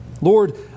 Lord